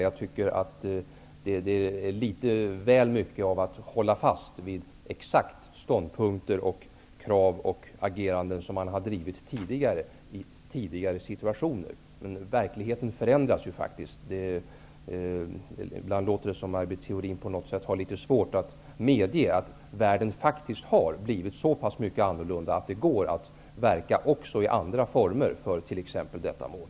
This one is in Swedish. Jag tycker att det är att litet väl mycket hålla fast vid exakta ståndpunkter, krav och ageranden som har drivits tidigare i tidigare situationer. Verkligheten förändras ju faktiskt. Ibland låter det som om Maj Britt Theorin på något sätt har litet svårt att medge att världen faktiskt har blivit så pass mycket annorlunda att det går att verka även i andra former för t.ex. detta mål.